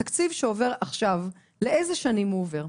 התקציב שעובר עכשיו, לאיזה שנים הוא עובר?